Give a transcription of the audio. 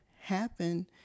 happen